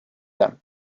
them